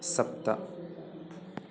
सप्त